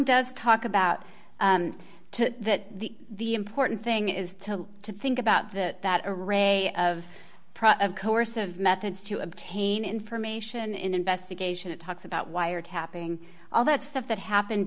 does talk about to the the important thing is to think about that that a ray of of coercive methods to obtain information in investigation it talks about wiretapping all that stuff that happened